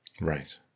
Right